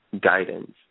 guidance